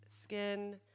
skin